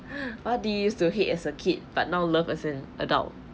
what do you used to hate as a kid but now love as an adult